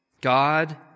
God